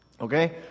Okay